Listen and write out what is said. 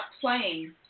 playing